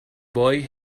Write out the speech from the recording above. boy